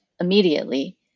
immediately